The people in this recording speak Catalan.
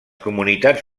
comunitats